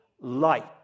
light